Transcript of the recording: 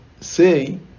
say